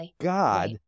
God